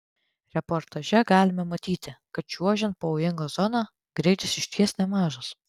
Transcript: reportaže galima matyti kad čiuožiant pavojinga zona greitis iš ties nemažas